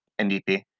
NDP